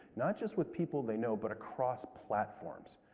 not just with people they know, but across platforms.